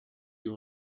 you